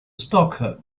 stockholm